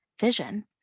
vision